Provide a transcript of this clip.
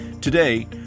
Today